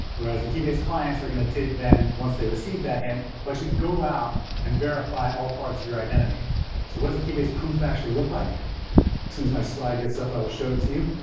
whereas, the keybase clients are going to to then once they received that hint, will actually go out and verify all parts of your identity what does a keybase proof actually look like? as soon as my slide gets up, i will show it to you.